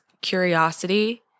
curiosity